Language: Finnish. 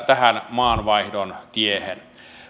tähän maavaihdon tiehen